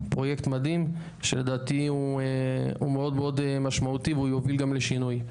פרויקט מדהים שלדעתי הוא מאוד משמעותי והוא יוביל גם לשינוי.